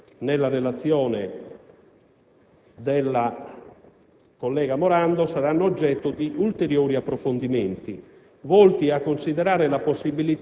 rappresentate nella relazione del collega Morando saranno oggetto di ulteriori approfondimenti,